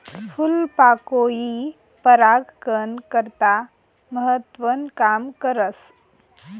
फूलपाकोई परागकन करता महत्वनं काम करस